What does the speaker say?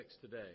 today